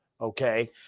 okay